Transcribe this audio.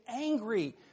angry